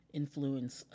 influence